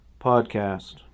Podcast